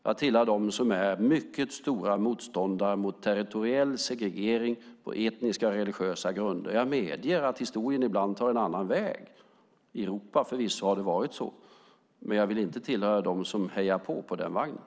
Jag tillhör dem som är mycket stora motståndare till territoriell segregering på etniska och religiösa grunder. Jag medger att historien ibland tar en annan väg. I Europa har det förvisso varit så. Men jag vill inte tillhöra dem som hejar på på den vagnen.